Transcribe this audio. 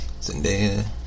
Zendaya